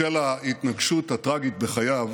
בשל ההתנקשות הטרגית בחייו